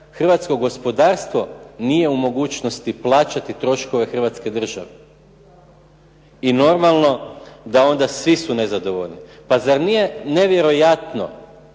hrvatsko gospodarstvo nije u mogućnosti plaćati troškove Hrvatske države i normalno da onda svi su nezadovoljni. Pa zar nije nevjerojatno